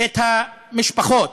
את המשפחות,